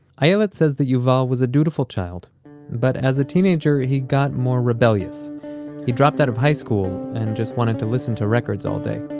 ayelet says yuval was a dutiful child but as a teenager he got more rebellious he dropped out of high school, and just wanted to listen to records all day.